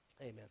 Amen